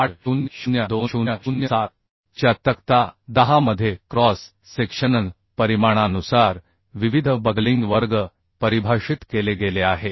800 2007 च्या तक्ता 10 मध्ये क्रॉस सेक्शनल परिमाणानुसार विविध बकलिंग वर्ग परिभाषित केले गेले आहेत